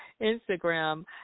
Instagram